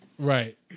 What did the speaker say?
Right